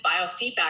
biofeedback